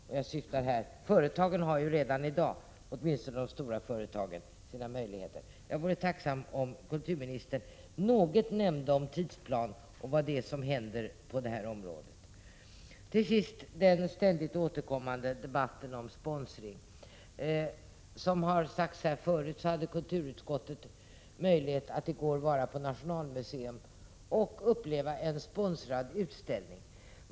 Åtminstone de stora företagen har redan i dag möjligheter därvidlag, men jag vore tacksam om kulturministern ville nämna något om vad som händer på det här området, vad vi kan räkna med för tidsplan osv. Till sist några ord om den ständigt återkommande debatten om sponsring. Såsom tidigare har sagts här hade kulturutskottet möjlighet att i går vara på Nationalmuseum och uppleva en sponsrad utställning.